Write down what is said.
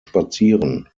spazieren